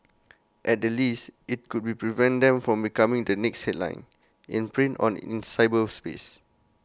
at the least IT could be prevent them from becoming the next headline in print or in cyberspace